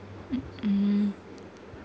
mm mm